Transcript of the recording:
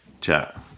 chat